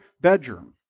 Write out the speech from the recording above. bedroom